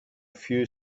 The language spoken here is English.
few